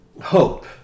Hope